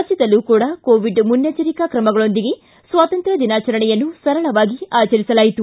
ರಾಜ್ಯದಲ್ಲೂ ಕೂಡ ಕೋವಿಡ್ ಮುನ್ನೆಚ್ಚರಿಕಾ ಕ್ರಮಗಳೊಂದಿಗೆ ಸ್ವಾತಂತ್ರ್ಮ ದಿನಾಚರಣೆಯನ್ನು ಸರಳವಾಗಿ ಆಚರಿಸಲಾಯಿತು